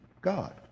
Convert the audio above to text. God